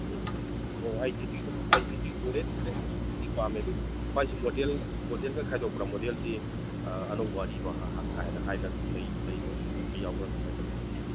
ꯎꯝ ꯑꯣ ꯑꯥꯏ ꯇ꯭ꯋꯦꯟꯇꯤꯗꯣ ꯔꯦꯗ ꯃꯆꯨꯗꯨꯃꯗꯤ ꯄꯥꯝꯃꯦ ꯑꯗꯨ ꯃꯥꯏꯁꯤ ꯃꯣꯗꯦꯜ ꯃꯣꯗꯦꯜꯒ ꯈꯥꯏꯗꯣꯛꯄ꯭ꯔ ꯃꯣꯗꯦꯜꯁꯤ ꯑꯅꯧꯕ ꯑꯔꯤꯕ ꯀꯥꯏꯅ ꯍꯥꯏꯅ ꯂꯩꯕ ꯈꯣꯠꯄ ꯌꯥꯎꯕ꯭ꯔ ꯀꯃꯥꯏ ꯇꯧꯒꯦ